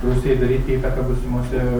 rusijai daryt įtaką būsimuose